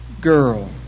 girl